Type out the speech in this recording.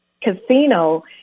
casino